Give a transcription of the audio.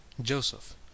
Joseph